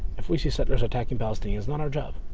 if we see settlers attacking palastinians? not our job!